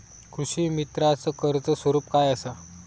कृषीमित्राच कर्ज स्वरूप काय असा?